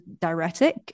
diuretic